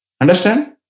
understand